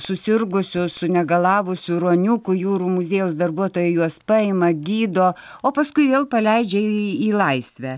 susirgusių sunegalavusių ruoniukų jūrų muziejaus darbuotojai juos paima gydo o paskui vėl paleidžia į į laisvę